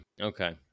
Okay